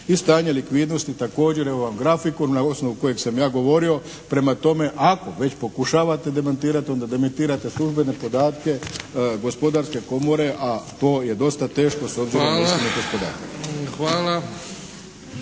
I stanje likvidnosti također evo vam grafikon na osnovu kojeg sam ja govorio. Prema tome ako već pokušavate demantirati, onda demantirajte službene podatke Gospodarske komore, a to je dosta teško s obzirom na …/Govornik se